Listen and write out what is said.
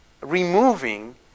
removing